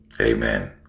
Amen